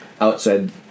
outside